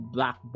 Black